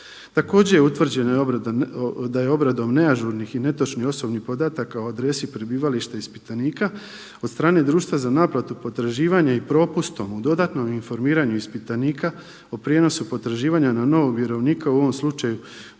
Također je utvrđeno da je obradom neažurnih i netočnih osobnih podataka o adresi prebivališta ispitanika od strane društva za naplatu potraživanja i propustom o dodatnom informiranju ispitanika o prijenosu potraživanja na novog vjerovnika u ovom slučaju društva za